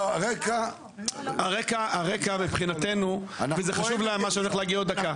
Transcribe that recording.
הרקע מבחינתנו חשוב למה שאני הולך להגיד עוד דקה.